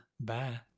bye